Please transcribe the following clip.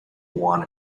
want